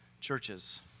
churches